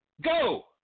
Go